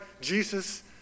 Jesus